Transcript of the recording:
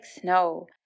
snow